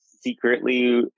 secretly